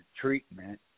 treatment